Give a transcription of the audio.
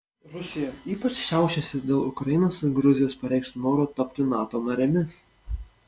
rusija ypač šiaušiasi dėl ukrainos ir gruzijos pareikšto noro tapti nato narėmis